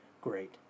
great